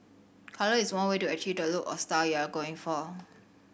colour is one way to achieve the look or style you're going for